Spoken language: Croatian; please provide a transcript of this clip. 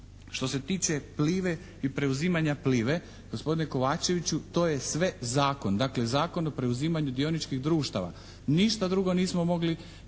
Što se tiče "Plive" i preuzimanja "Plive", gospodine Kovačeviću to je sve zakon. Dakle Zakon o preuzimanju dioničkih društava, ništa drugo nismo mogli